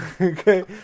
Okay